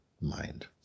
mind